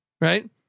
right